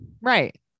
Right